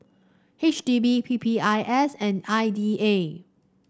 H D B P P I S and I D A